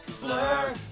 blur